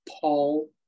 Paul